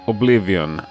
Oblivion